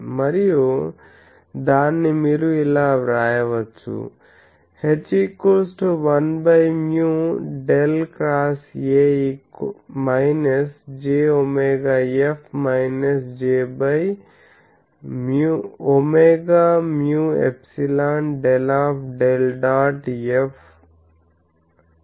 మరియు దాన్ని మీరు ఇలా వ్రాయవచ్చు H1μ ∇xA jwF jwμ∊ ∇∇ dot F